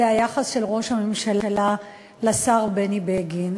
זה היחס של ראש הממשלה לשר בני בגין.